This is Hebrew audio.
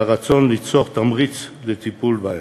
והרצון ליצור תמריץ לטיפול בהן.